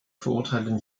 verurteilen